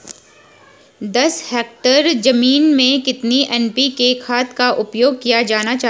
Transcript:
दस हेक्टेयर जमीन में कितनी एन.पी.के खाद का उपयोग किया जाना चाहिए?